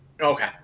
Okay